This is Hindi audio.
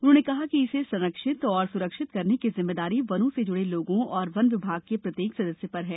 उन्होंने कहा कि इसे संरक्षित और सुरक्षित रखने की जिम्मेदारी वनो से जूड़े लोगों और वन विभाग के प्रत्येक सदस्य पर है